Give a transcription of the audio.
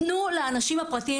לנו לאנשים הפרטיים,